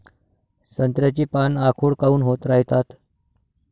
संत्र्याची पान आखूड काऊन होत रायतात?